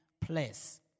place